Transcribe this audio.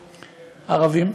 ערבים,